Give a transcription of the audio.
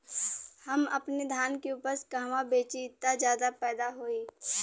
हम अपने धान के उपज कहवा बेंचि त ज्यादा फैदा होई?